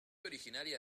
originaria